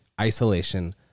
isolation